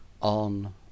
on